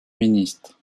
ministre